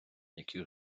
які